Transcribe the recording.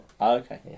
Okay